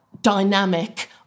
dynamic